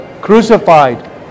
crucified